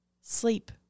Sleep